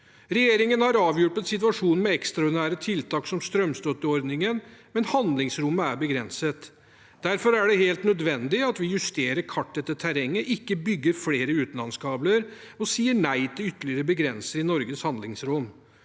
Regjeringen har avhjulpet situasjonen med ekstraordinære tiltak, som strømstøtteordningen, men handlingsrommet er begrenset. Derfor er det helt nødvendig at vi justerer kartet etter terrenget, ikke bygger flere utenlandskabler og sier nei til ytterligere begrensninger i Norges handlingsrom.